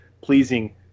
pleasing